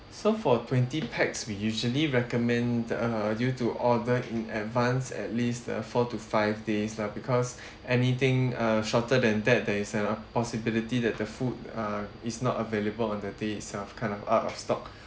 so for twenty pax we usually recommend uh due to order in advance at least uh four to five days lah because anything uh shorter than that there is a possibility that the food uh is not available on the day itself kind of out of stock